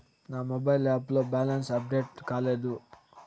నా mobile app లో balance update కాలేదు